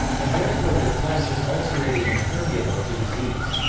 and therefore their flesh is ulcerated and permeable to disease.